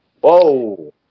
Whoa